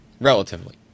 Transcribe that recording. Relatively